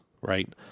right